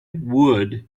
would